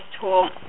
tool